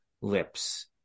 lips